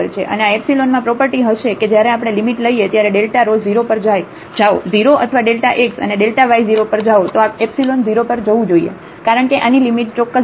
અને આ એપ્સીલોનમાં પ્રોપર્ટી હશે કે જ્યારે આપણે લિમિટ લઈએ ત્યારે ડેલ્ટા rho 0 પર જાઓ 0 અથવા ડેલ્ટા x અને ડેલ્ટાy0 પર જાઓ તો આ એપ્સીલોન 0 પર જવું જોઈએ કારણ કે આની લિમિટ ચોક્કસ 0 છે